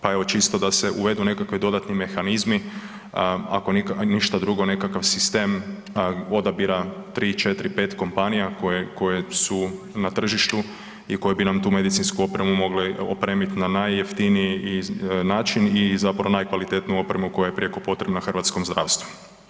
Pa evo, čisto da se uvedu nekakvi dodatni mehanizmi, ako ništa drugo nekakav sistem odabira 3, 4, 5 kompanija koje su na tržištu i koje bi nam tu medicinsku opremu mogle opremiti na najjeftiniji način i zapravo najkvalitetniju opremu koja je prijeko potrebna hrvatskom zdravstvu.